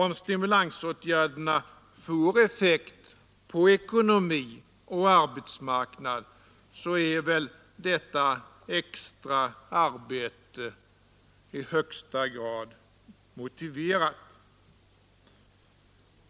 Om stimulansen får effekt på ekonomi och arbetsmarknad, så är väl detta extra arbete i högsta grad motiverat.